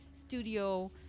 studio